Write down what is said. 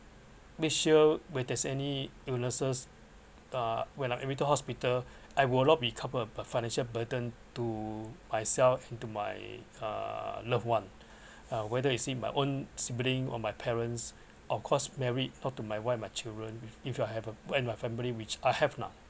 make sure when there is any illnesses uh when I admitted hospital I will not become a financial burden to myself and to my uh loved one uh whether it is my own sibling or my parents of course married talk to my wife my children if you have a when my family which I have lah